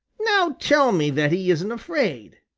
now tell me that he isn't afraid!